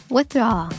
Withdraw